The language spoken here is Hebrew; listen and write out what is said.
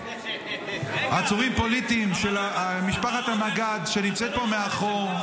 עצורים פוליטיים של משפחת הנגד שנמצאת פה מאחור.